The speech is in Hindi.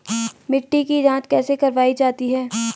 मिट्टी की जाँच कैसे करवायी जाती है?